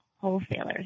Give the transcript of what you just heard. wholesalers